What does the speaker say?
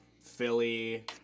Philly